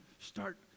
start